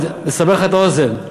לסבר לך את האוזן,